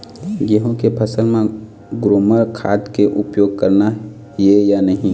गेहूं के फसल म ग्रोमर खाद के उपयोग करना ये या नहीं?